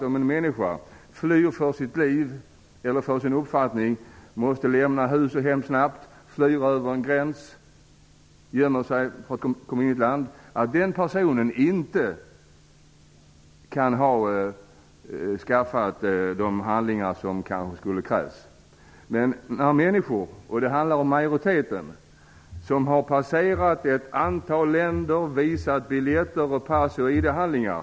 Om en människa flyr för sitt liv eller för sin uppfattning, måste lämna hus och hem snabbt, fly över en gräns och gömma sig för att komma in i ett land, så förstår jag att den personen inte kan ha skaffat de handlingar som kanske krävs. Men majoriteten av människorna har passerat ett antal länder och visat biljetter, pass och ID handlingar.